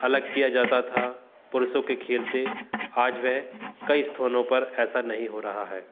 अलग किया जाता था पुरुषों के खेल से आज वह कई स्थानों पर ऐसा नहीं हो रहा है